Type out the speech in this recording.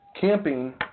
camping